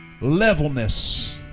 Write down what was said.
levelness